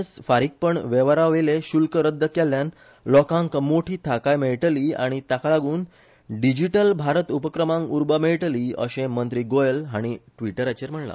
एस फारीकपण व्येव्हारावेले शुल्क रद्द केल्ल्यान लोकांक मोठी थाकय मेळटली आनी ताकालागुन डिजीटल भारत उपक्रमाक उर्बा मेळटली अशें मंत्री गोयल हाणी ट्रिटराचेर म्हणला